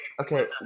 okay